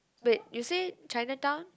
wait you say Chinatown